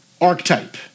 archetype